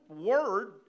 word